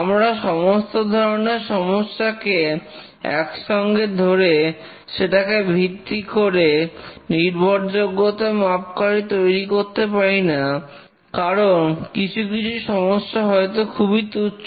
আমরা সমস্ত ধরনের সমস্যাকে একসঙ্গে ধরে সেটাকে ভিত্তি করে নির্ভরযোগ্যতার মাপকাঠি তৈরি করতে পারিনা কারণ কিছু কিছু সমস্যা হয়তো খুবই তুচ্ছ